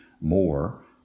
more